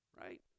right